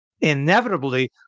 inevitably